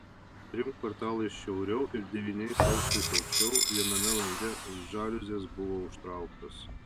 trim kvartalais šiauriau ir devyniais aukštais aukščiau viename lange žaliuzės buvo užtrauktos